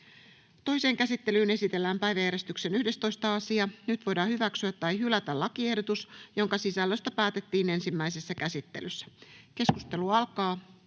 ainoaan käsittelyyn esitellään päiväjärjestyksen 12. asia. Nyt voidaan toisessa käsittelyssä hyväksyä tai hylätä lakiehdotus, jonka sisällöstä päätettiin ensimmäisessä käsittelyssä. Lopuksi